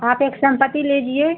आप एक सम्पति लीजिए